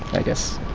i guess.